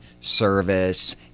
service